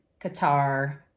Qatar